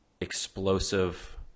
explosive